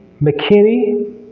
McKinney